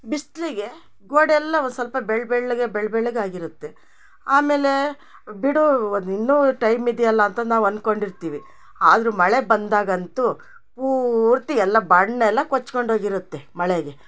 ಬಿಸ್ಲಿಗೆ ಗೋಡೆಯೆಲ್ಲ ಒಂದು ಸ್ವಲ್ಪ ಬೆಳ್ಳ್ ಬೆಳ್ಳಗೆ ಬೆಳ್ಳ್ ಬೆಳ್ಳಗೆ ಆಗಿರುತ್ತೆ ಆಮೇಲೆ ಬಿಡೂ ಒಂದು ಇನ್ನೂ ಟೈಮ್ ಇದ್ಯಲ್ಲ ಅಂತ ನಾವು ಅನ್ಕೊಂಡಿರ್ತೀವಿ ಆದರೂ ಮಳೆ ಬಂದಾಗಂತೂ ಪೂರ್ತಿ ಎಲ್ಲ ಬಣ್ಣ ಎಲ್ಲ ಕೊಚ್ಕೊಂಡೋಗಿರುತ್ತೆ ಮಳೆಗೆ